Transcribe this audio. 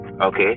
Okay